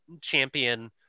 champion